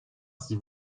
s’il